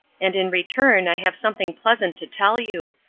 and in return i have something pleasant to tell you.